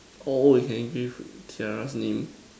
or we can engrave tiara's name